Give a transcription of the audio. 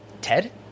Ted